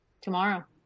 tomorrow